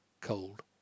cold